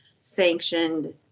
sanctioned